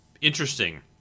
interesting